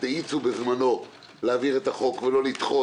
האיצו בזמנו להעביר את החוק ולא לדחות,